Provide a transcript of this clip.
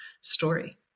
story